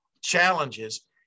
challenges